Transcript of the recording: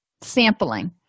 sampling